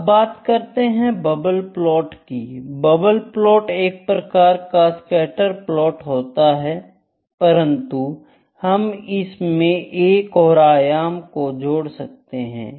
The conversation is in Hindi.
अब बात करते हैं बबल प्लॉट की बबल प्लॉट एक प्रकार का स्कैटर प्लॉट होता है परंतु हम इसमें एक और आयाम को जोड़ सकते हैं